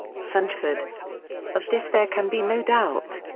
sandford of this there can be no doubt.